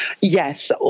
Yes